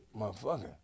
motherfucker